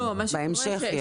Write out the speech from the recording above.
בהמשך.